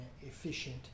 efficient